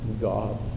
God